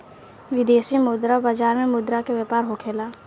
विदेशी मुद्रा बाजार में मुद्रा के व्यापार होखेला